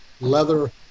leather